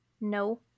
No